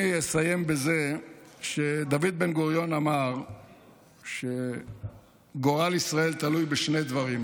אני אסיים בזה שדוד בן-גוריון אמר שגורל ישראל תלוי בשני דברים: